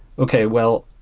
okay. well,